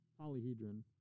polyhedron